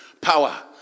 power